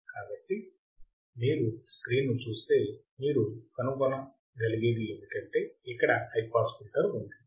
కాబట్టి మీరు స్క్రీన్ను చూస్తే మీరు కనుగొనగలిగేది ఏమిటంటే ఇక్కడ హై పాస్ ఫిల్టర్ ఉంది